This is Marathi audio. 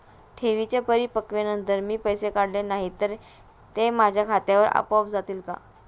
ठेवींच्या परिपक्वतेनंतर मी पैसे काढले नाही तर ते माझ्या खात्यावर आपोआप जातील का?